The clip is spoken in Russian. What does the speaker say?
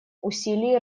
усилий